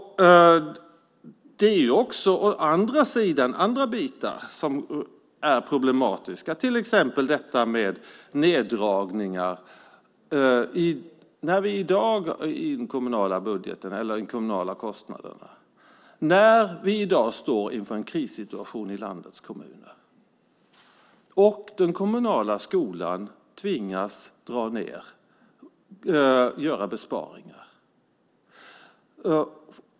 Det finns också andra saker som är problematiska, till exempel neddragningar av de kommunala kostnaderna när vi i dag står inför en krissituation i landets kommuner. Den kommunala skolan tvingas då att dra ned och göra besparingar.